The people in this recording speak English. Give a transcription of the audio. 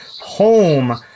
home